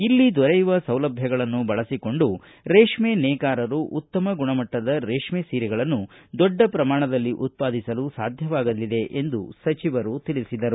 ಇಲ್ಲಿ ದೊರೆಯುವ ಸೌಲಭ್ಯಗಳನ್ನು ಬಳಸಿಕೊಂಡು ರೇಶ್ಮೆ ನೇಕಾರರು ಉತ್ತಮ ಗುಣಮಟ್ಟದ ರೇಶ್ಮೆ ಸೀರೆಗಳನ್ನು ದೊಡ್ಡ ಪ್ರಮಾಣದಲ್ಲಿ ಉತ್ಪಾದಿಸಲು ಸಾಧ್ಯವಾಗಲಿದೆ ಎಂದು ಸಚಿವರು ತಿಳಿಸಿದರು